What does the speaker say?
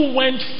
went